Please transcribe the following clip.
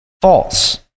false